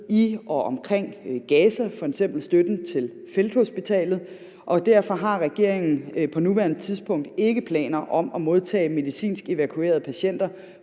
i og omkring Gaza – det gælder f.eks. støtten til felthospitalet – og derfor har regeringen på nuværende tidspunkt ikke planer om at modtage medicinsk evakuerede patienter